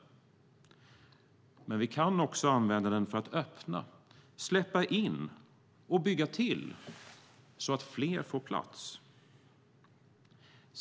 Men vi kan också använda den för att öppna, släppa in och bygga till så att fler får plats.